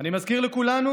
אני מזכיר לכולנו